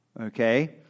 Okay